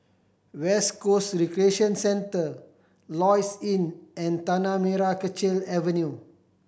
West Coast Recreation Centre Lloyds Inn and Tanah Merah Kechil Avenue